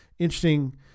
interesting